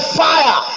fire